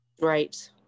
Right